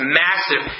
massive